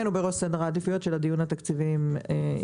נתנו פה דוגמאות על אגד ועל קווים היסטוריים.